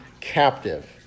captive